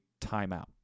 timeout